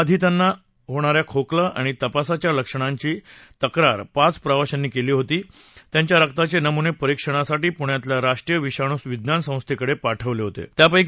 corona बाधितांना होणा या खोकला आणि तापासाच्या लक्षणांची तक्रार पाच प्रवाशांनी केली होती त्यांच्या रक्ताचे नमूने परिक्षणासाठी पुण्यातल्या राष्ट्रीय विषाणू विज्ञान संस्थेकडे पाठवले होते